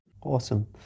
Awesome